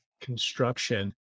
construction